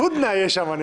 הודנא יש שם.